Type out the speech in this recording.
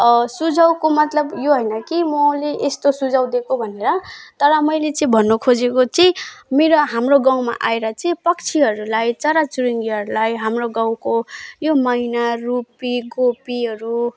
सुझाउको मतलब यो होइन कि मैले यस्तो सुझाउ दिएको भनेर तर मैले चाहिँ भन्न खोजेको चाहिँ मेरो हाम्रो गाउँमा आएर चाहिँ पक्षीहरूलाई चराचुरुङ्गीहरूलाई हाम्रो गाउँको यो मैना रुप्पी गोपीहरू